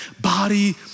body